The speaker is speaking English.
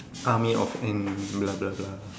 blah blah blah